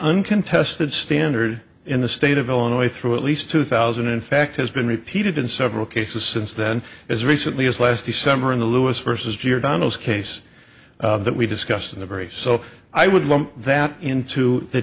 uncontested standard in the state of illinois through at least two thousand in fact has been repeated in several cases since then as recently as last december in the lewis versus gere donal's case that we discussed in the very so i would lump that into the